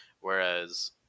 Whereas